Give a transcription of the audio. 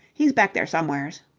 he's back there somewheres.